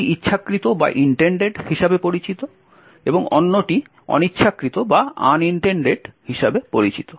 একটি ইচ্ছাকৃত হিসাবে পরিচিত এবং অন্যটি অনিচ্ছাকৃত হিসাবে পরিচিত